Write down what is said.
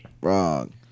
Wrong